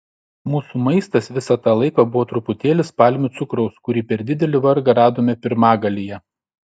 mūsų maistas visą tą laiką buvo truputėlis palmių cukraus kurį per didelį vargą radome pirmagalyje